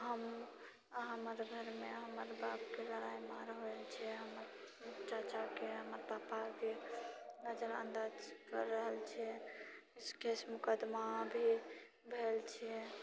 हम हमर घरमे हमर बापके लड़ाइ मारि होइ छै हमर चाचाके हमर पापाके नजरअन्दाज कर रहल छियै केस मुकदमा भी भेल छियै